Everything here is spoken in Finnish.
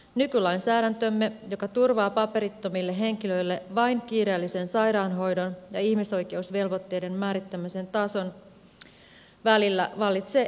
nykylainsäädäntömme joka turvaa paperittomille henkilöille vain kiireellisen sairaanhoidon ja ihmisoikeusvelvoitteiden määrittämän tason välillä vallitsee epäsuhta